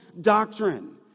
doctrine